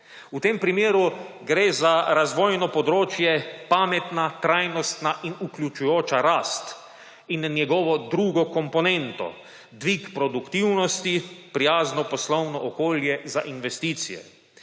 V tem primeru gre za razvojno področje pametna, trajnostna in vključujoča rast in njegovo drugo komponento: dvig produktivnosti, prijazno poslovno okolje za investicije.